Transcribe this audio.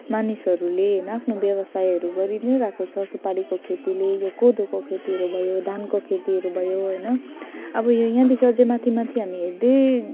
मानिसहरूले होइन आफ्नो व्यवसायहरू गरी नै रहेको छ सुपारीको खेतीले यो कोदोको खेतीहरू भयो धानको खेतीहरू भयो होइन अब यो यहाँदेखि अझै माथि माथि हामी हेर्दै